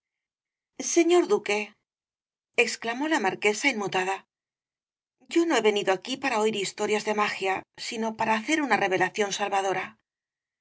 señor duque exclamó la marquesa inmutada yo no he venido aquí para oir historias de magia sino para hacer una revelación salvadora